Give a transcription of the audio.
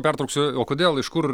pertrauksiu o kodėl iš kur